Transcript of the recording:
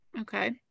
okay